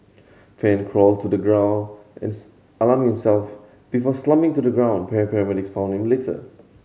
fan crawled to the ground and alarm himself before slumping to the ground paramedics found him later